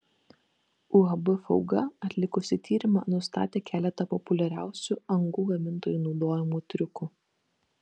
uab fauga atlikusi tyrimą nustatė keletą populiariausių angų gamintojų naudojamų triukų